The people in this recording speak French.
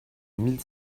mille